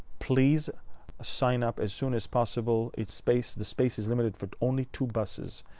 please sign up as soon as possible. its space the space is limited for only two buses.